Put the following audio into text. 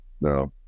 No